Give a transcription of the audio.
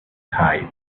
type